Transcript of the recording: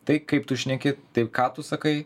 tai kaip tu šneki tai ką tu sakai